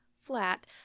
flat